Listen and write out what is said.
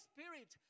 Spirit